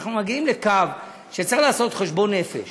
אנחנו מגיעים לקו שצריך לעשות חשבון נפש